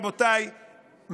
רבותיי,